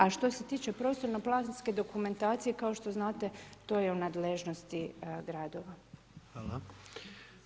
A što se tiče prostorno planske dokumentacije kao što znate, to je u nadležnosti gradova.